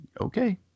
okay